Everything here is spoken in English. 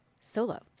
Solo